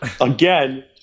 again